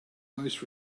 most